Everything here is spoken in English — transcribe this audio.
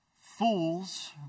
Fools